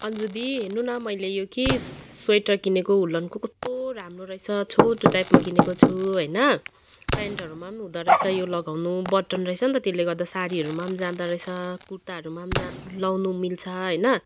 अन्जु दिदी हेर्नू न मैले यो कि स्वेटर किनेको वुलनको कस्तो राम्रो रहेछ छोटो टाइपमा किनेको छु होइन पेन्टहरूमा पनि हुँदा रहेछ यो लगाउनु बटन रहेछ नि त त्यसले गर्दा सारीहरूमा पनि जाँदो रहेछ कुर्ताहरूमा पनि जा लाउनु मिल्छ होइन